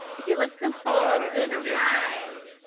if you're looking for a good time,